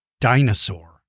dinosaur